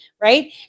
right